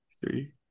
three